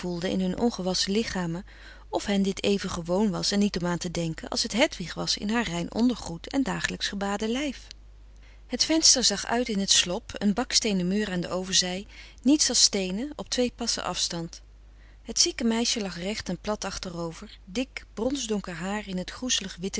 in hun ongewasschen lichamen of hen dit even gewoon was en niet om aan te denken als het hedwig was in haar rein ondergoed en dagelijks gebaade lijf het venster zag uit in het slop een baksteenen muur aan de overzij niets als steenen op twee passen afstand het zieke meisje lag recht en plat achterover dik bronsdonker haar in t groezelig witte